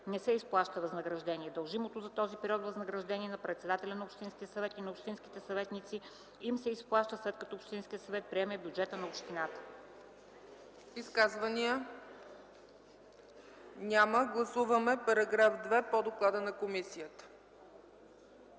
не се изплаща възнаграждение. Дължимото за този период възнаграждение на председателя на общинския съвет и на общинските съветници им се изплаща, след като общинският съвет приеме бюджета на общината.” ПРЕДСЕДАТЕЛ ЦЕЦКА ЦАЧЕВА: Изказвания? Няма. Гласуваме § 2 по доклада на комисия.